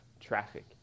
traffic